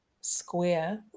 square